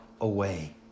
away